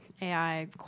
AI